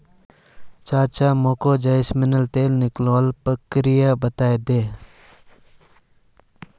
चाचा मोको जैस्मिनेर तेल निकलवार प्रक्रिया बतइ दे